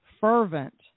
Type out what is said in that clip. fervent